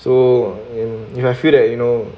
so in if I feel that you know